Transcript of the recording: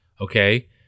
Okay